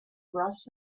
russ